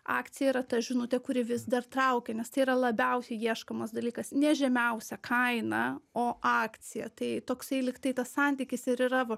akcija yra ta žinutė kuri vis dar traukia nes tai yra labiausiai ieškomas dalykas ne žemiausia kaina o akcija tai toksai lyg tai tas santykis ir yra va